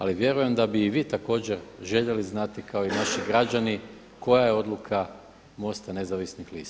Ali vjerujem da bi i vi također željeli znati kao i naši građani koja je odluka Mosta nezavisnih lista.